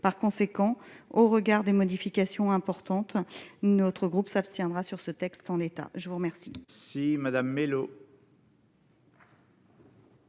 par conséquent au regard des modifications importantes notre groupe s'abstiendra sur ce texte en l'état, je vous remercie.